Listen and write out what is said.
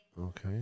Okay